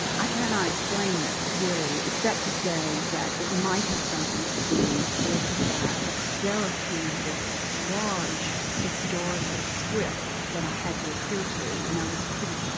i cannot explain this really, except to say that it might have something to do with the fact that sarah came with this large, historical script that i had to adhere to. and i was pretty